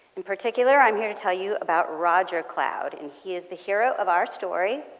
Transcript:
in particular i'm here to tell you about roger cloud. and he is the hero of our story,